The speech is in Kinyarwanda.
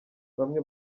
bamwe